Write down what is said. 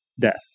death